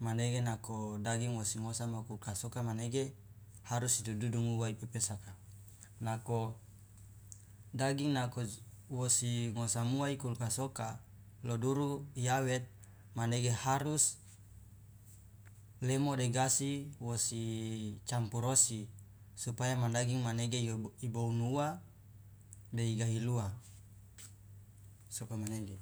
manege nako daging wosi ngosama okulkas oka manege harus idudungu uwa ipepesaka nako daging nako wosi ngosamuwa ikulkas oka lo duru iawet manege harus lemo de gasi wosi campur osi supaya ma daging manege ibounu uwa de igaili uwa sokomanege.